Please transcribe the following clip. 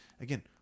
again